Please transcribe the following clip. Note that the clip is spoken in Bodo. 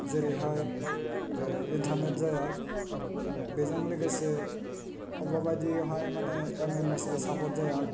जेरैहाय इन्टारनेट जाया बेजों लोगोसे अबावबा बायदियावहाय माने एमेमेसबो साफद जाया